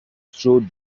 strode